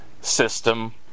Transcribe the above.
system